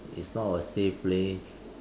it is not a safe place